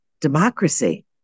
democracy